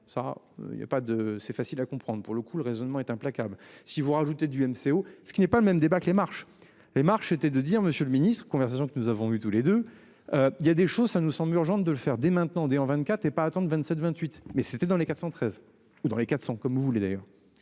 de c'est facile à comprendre pour le coup, le raisonnement est implacable. Si vous rajoutez du MCO, ce qui n'est pas le même débat que les marches et marche était de dire, Monsieur le Ministre conversation que nous avons eu tous les deux. Il y a des choses ça nous semble urgent de le faire dès maintenant des 24 est pas attends de 27 28 mais c'était dans les 413 ou dans les 400 comme vous voulez, d'ailleurs.